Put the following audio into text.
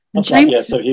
James